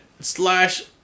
Slash